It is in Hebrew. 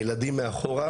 הילדים מאחורה,